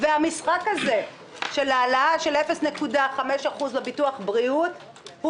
והמשחק הזה של העלאה של 0.5% בביטוח הבריאות הוא